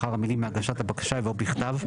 לאחר המילים 'להגשת הבקשה' יבוא 'בכתב'.